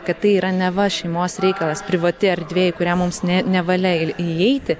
kad tai yra neva šeimos reikalas privati erdvė į kurią mums ne nevalia įeiti